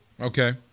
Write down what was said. Okay